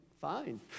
fine